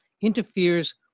interferes